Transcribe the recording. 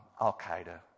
Al-Qaeda